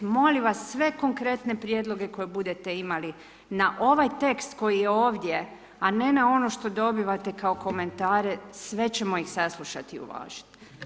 Molim vas sve konkretne prijedloge koje budete imali na ovaj tekst koji je ovdje a ne na ono što dobivate kao komentare, sve ćemo ih saslušati i uvažiti.